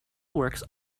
works